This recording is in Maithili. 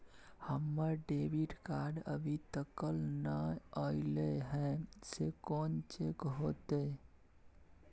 हमर डेबिट कार्ड अभी तकल नय अयले हैं, से कोन चेक होतै?